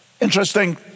Interesting